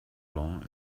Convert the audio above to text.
blanc